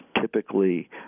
typically